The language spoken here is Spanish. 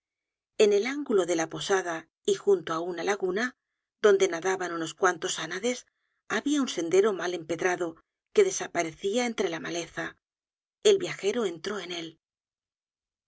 en el ángulo de la posada y junto á una laguna donde nadaban unos cuantos ánades habia un sendero mal empedrado que desaparecia entre la maleza el viajero entró en él